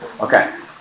Okay